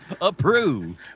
Approved